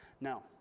Now